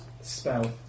spell